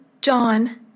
John